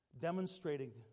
demonstrating